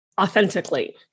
authentically